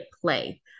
play